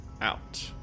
out